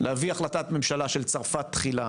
להביא החלטת ממשלה של צרפת תחילה